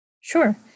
Sure